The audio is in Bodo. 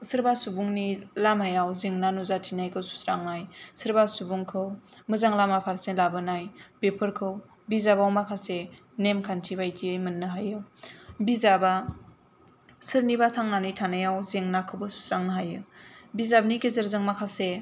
सोरबा सुबुंनि लामायाव जेंना नुजाथिनायखौ सुस्रांनाय सोरबा सुबुंखौ मोजां लामा फारसे लाबोनाय बेफोरखौ बिजाबाव माखासे नेमखान्थि बायदियै मोननो हायो बिजाबा सोरनिबा थांनानै थानायाव जेंनाखौबो सुस्रांनो हायो बिजाबनि गेजेरजों माखासे